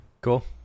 Cool